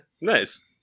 nice